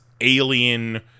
alien